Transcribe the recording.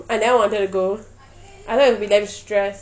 I never wanted to go I know it will be damn stress